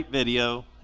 video